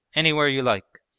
anywhere you like!